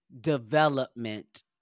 development